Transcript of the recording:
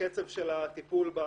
בקצב של הטיפול בה.